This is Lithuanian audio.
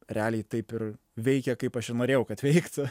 realiai taip ir veikia kaip aš ir norėjau kad veiktų